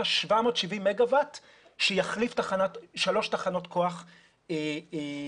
770 מגה-ואט שיחליף שלוש תחנות כוח קונבנציונאליות.